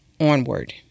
onward